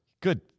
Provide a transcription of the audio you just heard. Good